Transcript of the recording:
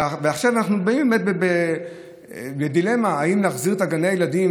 ועכשיו אנחנו באמת בדילמה בין להחזיר את גני הילדים,